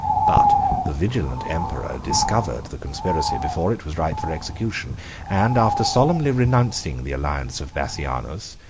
but the vigilant emperor discovered the conspiracy before it was ripe for execution and after solemnly renouncing the alliance of bassianus,